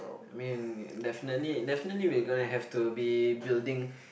I mean definitely definitely we'll gonna have to be building